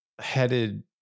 headed